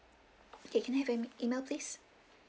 okay can I have your em~ email place